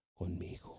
conmigo